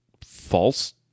false